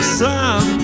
sun